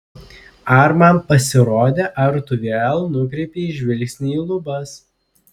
ar man pasirodė ar tu vėl nukreipei žvilgsnį į lubas